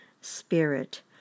spirit